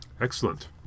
excellent